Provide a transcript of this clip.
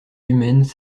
humaines